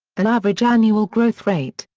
and average annual growth rate.